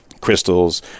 crystals